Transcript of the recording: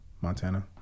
Montana